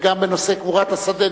וגם נושא קבורת השדה.